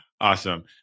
Awesome